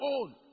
own